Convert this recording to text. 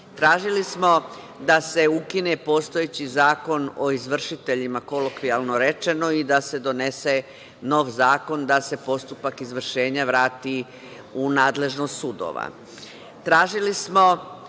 Tražili smo da se ukine postojeći Zakon o izvršiteljima, kolokvijalno rečeno i da se donese nov zakon, da se postupak izvršenja vrati u nadležnost sudova. Tražili